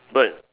but